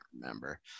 remember